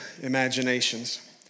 imaginations